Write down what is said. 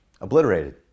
obliterated